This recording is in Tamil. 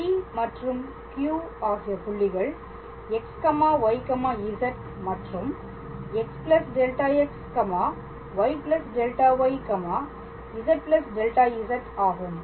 P மற்றும் Q ஆகிய புள்ளிகள் xyz மற்றும் x δxy δyz δz ஆகும்